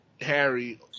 Harry